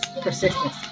persistence